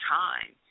time